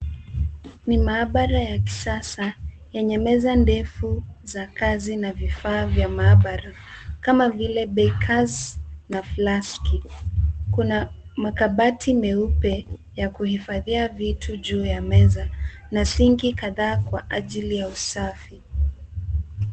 Ni maabara ya kisasa yenye meza ndefu za kazi na vifaa vya maabara. Kama vile beakers na flaski. Kuna makabati meupe ya kuhifadhia viyu juu ya meza, na sinki kadhaa kwa ajili ya usafi.